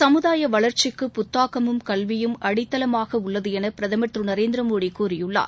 சமுதாய வளர்ச்சிக்கு புத்தாக்கமும் கல்வியும் அடித்தளமாக உள்ளது என்று பிரதமர் திரு நரேந்திரமோடி கூறியுள்ளார்